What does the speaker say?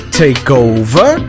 takeover